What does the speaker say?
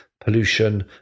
pollution